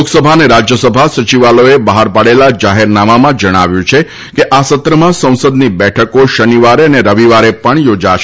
લોકસભા અને રાજ્યસભા સચિવાલયોએ બહાર પાડેલા જાહેરનામામાં જણાવ્યું છે કે આ સત્રમાં સંસદની બેઠકો શનિવારે અને રવિવારે પણ યોજાશે